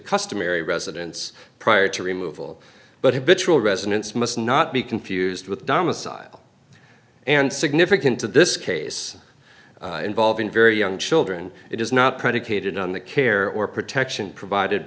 customary residence prior to remove all but a betrayal residence must not be confused with domicile and significant to this case involving very young children it is not predicated on the care or protection provided